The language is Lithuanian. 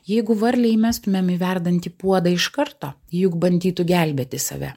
jeigu varlę įmestumėm į verdantį puodą iš karto juk bandytų gelbėti save